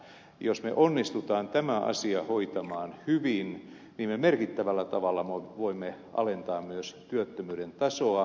jos me onnistumme tämän asian hoitamaan hyvin niin me merkittävällä tavalla voimme alentaa myös työttömyyden tasoa